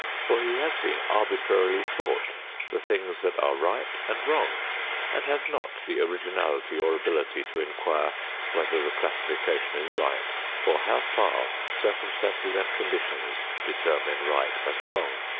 for he has been arbitrarily taught the things that are right and wrong and has not the originality or ability to inquire whether the classification is right or how far circumstances and conditions determine right and wrong.